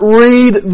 read